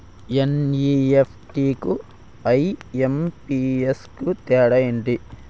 NEFT కు IMPS కు తేడా ఎంటి?